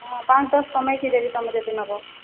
ହଁ ପାଞ୍ଚ ଦଶ କମାଇକି ଦେବି ତୁମେ ଯଦି ନେବ